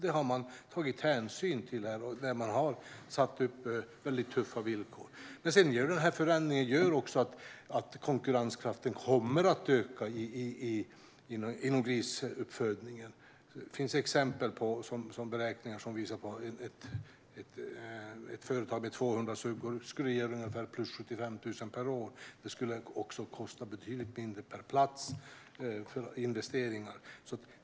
Det har man tagit hänsyn till när man har satt upp väldigt tuffa villkor. Förändringen gör också att konkurrenskraften kommer att öka inom grisuppfödningen. Det finns beräkningar som visar att det för ett företag med 200 suggor skulle ge ungefär plus 75 000 kronor per år. Det skulle också kosta betydligt mindre per plats för investeringar.